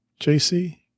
JC